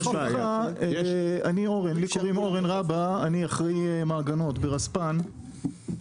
אני אחראי מעגנות ברספ"ן.